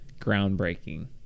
groundbreaking